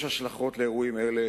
יש לאירועים אלה